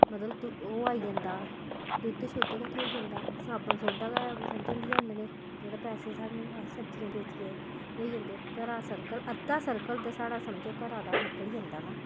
मतलब ओह् आई जंदा दुद्ध शुद्ध गै थ्होई जंदा साबन सोडा गै समझो लेई आह्नने जेह्ड़े पैसे सानूं अस सब्जियां बेचियै होई जंदे घरा दा सर्कल अद्धा सर्कल ते साढ़ा समझो घरा दा निकली जंदा ना